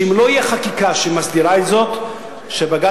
שאם לא תהיה חקיקה שמסדירה זאת בג"ץ